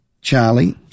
Charlie